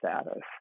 status